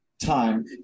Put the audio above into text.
time